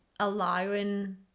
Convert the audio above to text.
allowing